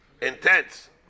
intense